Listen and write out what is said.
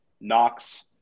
Knox